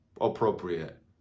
appropriate